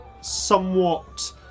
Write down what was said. somewhat